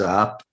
up